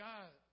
God